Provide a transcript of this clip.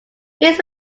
his